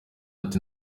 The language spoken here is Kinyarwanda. ati